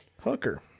Hooker